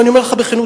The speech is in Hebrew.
ואני אומר לך בכנות,